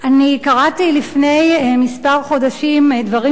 קראתי לפני כמה חודשים דברים מאוד